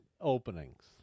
openings